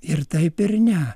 ir taip ir ne